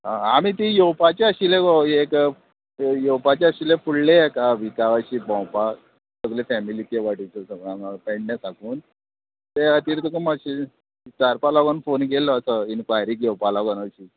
आ आमी ती येवपाचे आशिल्ले गो एक येवपाचे आशिल्ले फुडले एका विका अशी भोंवपाक सगळे फॅमिली ते वाटे साकून ते पेडण्यां साकून ते खातीर तुका मातशें विचारपा लागोन फोन केल्लो असो इन्क्वायरी घेवपा लागोन अशी